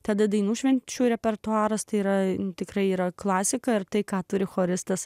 tada dainų švenčių repertuaras tai yra tikrai yra klasika ir tai ką turi choristas